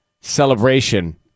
celebration